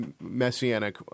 messianic